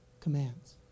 commands